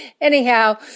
Anyhow